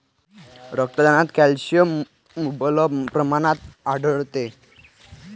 रमदानात कॅल्शियम मुबलक प्रमाणात आढळते